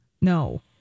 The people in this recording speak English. No